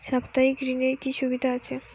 সাপ্তাহিক ঋণের কি সুবিধা আছে?